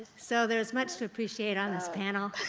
so there is much to appreciate on this panel.